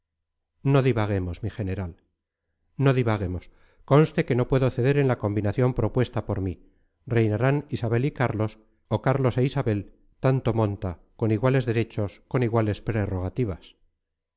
no divaguemos mi general no divaguemos conste que no puedo ceder en la combinación propuesta por mí reinarán isabel y carlos o carlos e isabel tanto monta con iguales derechos con iguales prerrogativas